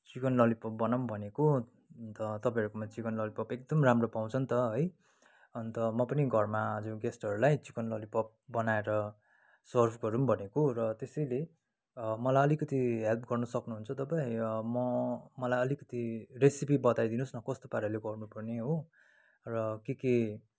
chicken lollipop बनाउँ भनेको अन्त तपाईँहरूकोमा चिकन ललिपप एकदम राम्रो पाउँछ नि त है अन्त म पनि घरमा आज गेस्टहरूलाई चिकन ललिपप बनाएर सर्भ गरौँ भनेको र त्यसैले मलाई अलिकति हेल्प गर्न सक्नुहुन्छ तपाईँ म मलाई अलिकति रेसिपी बताइदिनुहोस् न कस्तो पाराले गर्नुपर्ने हो र के के